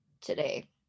today